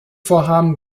vorhaben